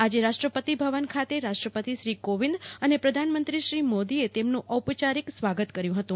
આજે તેમનું રાષ્ટ્રપતિ ભવન ખાતે રાષ્ટ્રપતિ શ્રી કોવિંદ અને પ્રધાનમંત્રી શ્રી મોદીને તેમનું ઓપચારિક સ્વાગત કર્યું હતું